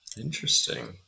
interesting